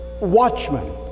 watchmen